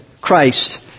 Christ